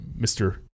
Mr